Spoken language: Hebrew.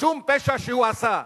שום פשע שהוא עשה.